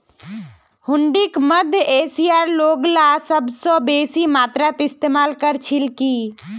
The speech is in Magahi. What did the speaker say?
हुंडीक मध्य एशियार लोगला सबस बेसी मात्रात इस्तमाल कर छिल की